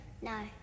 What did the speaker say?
No